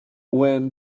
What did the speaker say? when